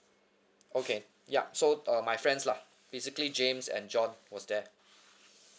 okay ya so uh my friends lah basically james and john was there